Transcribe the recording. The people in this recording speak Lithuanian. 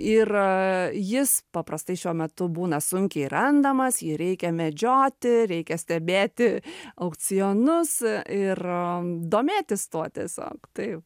ir jis paprastai šiuo metu būna sunkiai randamas jį reikia medžioti reikia stebėti aukcionus ir domėtis tuo tiesiog tai